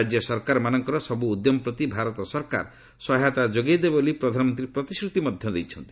ରାଜ୍ୟ ସରକାରମାନଙ୍କର ସବୁ ଉଦ୍ୟମ ପ୍ରତି ଭାରତ ସରକାର ସବୁ ସହାୟତା ଯୋଗାଇ ଦେବେ ବୋଲି ପ୍ରଧାନମନ୍ତ୍ରୀ ପ୍ରତିଶ୍ରତି ଦେଇଛନ୍ତି